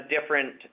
different